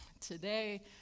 Today